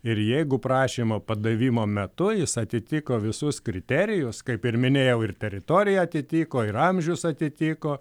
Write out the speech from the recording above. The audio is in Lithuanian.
ir jeigu prašymo padavimo metu jis atitiko visus kriterijus kaip ir minėjau ir teritoriją atitiko ir amžius atitiko